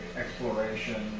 exploration